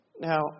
Now